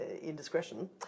indiscretion